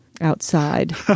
outside